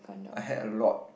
I had a lot